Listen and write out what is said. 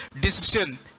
decision